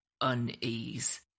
unease